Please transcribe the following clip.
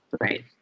Right